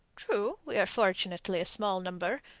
true, we are fortunately a small number,